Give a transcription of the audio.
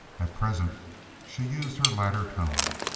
at present she used her latter tone.